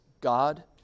God